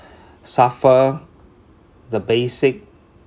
suffer the basic